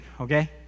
okay